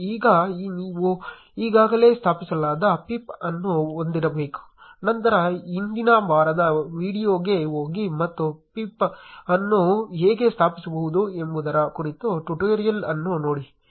ಈಗ ನೀವು ಈಗಾಗಲೇ ಸ್ಥಾಪಿಸಲಾದ pip ಅನ್ನು ಹೊಂದಿರಬೇಕು ನಂತರ ಹಿಂದಿನ ವಾರದ ವೀಡಿಯೊಗೆ ಹೋಗಿ ಮತ್ತು pip ಅನ್ನು ಹೇಗೆ ಸ್ಥಾಪಿಸುವುದು ಎಂಬುದರ ಕುರಿತು ಟ್ಯುಟೋರಿಯಲ್ ಅನ್ನು ನೋಡಿ